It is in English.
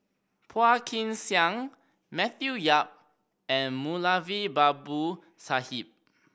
Phua Kin Siang Matthew Yap and Moulavi Babu Sahib